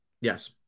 Yes